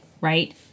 right